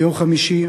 ביום חמישי,